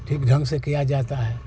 ठीक ढंग से किया जाता है